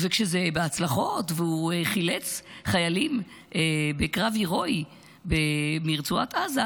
וכשזה בהצלחות והוא חילץ חיילים בקרב הרואי מרצועת עזה,